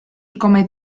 come